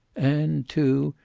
and, too,